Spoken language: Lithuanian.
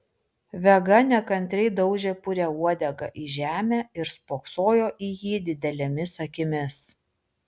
vega nekantriai daužė purią uodegą į žemę ir spoksojo į jį didelėmis akimis